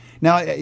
Now